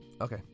Okay